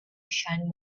shine